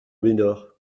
médor